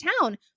town